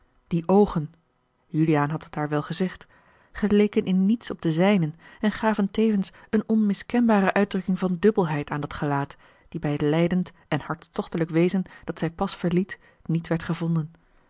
die oogen juliaan had het haar wel gezegd geleken in niets op de zijnen en gaven tevens een onmiskenbare uitdrukking van dubbelheid aan dat gelaat die bij het lijdend en hartstochtelijk wezen dat zij pas verliet niet werd gevonden